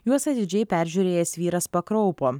juos atidžiai peržiūrėjęs vyras pakraupo